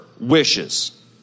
wishes